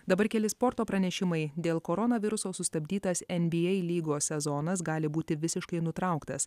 dabar keli sporto pranešimai dėl koronaviruso sustabdytas nba lygos sezonas gali būti visiškai nutrauktas